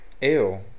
Ew